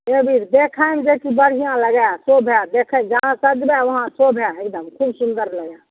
जे भी देखैमे जे चीज बढ़िआँ लगए शोभए जहाँ सजबए वहाँ शोभए एकदम खूब सुंदर लगए